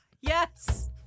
Yes